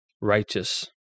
righteous